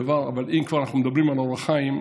אבל אם כבר אנחנו מדברים על אור החיים,